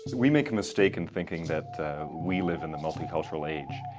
we make a mistake in thinking that we live in a multicultural age,